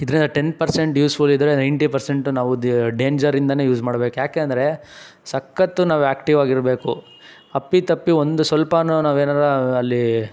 ಇದರಿಂದ ten percent useful ಇದ್ದರೆ ninety percent ನಾವು ಡೇಂಜರಿಂದಲೇ ಯೂಸ್ ಮಾಡ್ಬೇಕು ಯಾಕೆ ಅಂದರೆ ಸಖತ್ತು ನಾವು ಆಕ್ಟಿವಾಗಿ ಇರಬೇಕು ಅಪ್ಪಿತಪ್ಪಿ ಒಂದು ಸ್ವಲ್ಪಾನು ನಾವು ಏನಾರೂ ಅಲ್ಲಿ